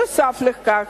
נוסף על כך,